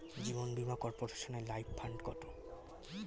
জীবন বীমা কর্পোরেশনের life fund কত?